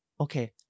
Okay